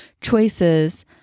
choices